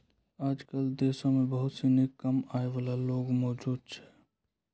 आजकल देश म बहुत सिनी कम आय वाला लोग मौजूद छै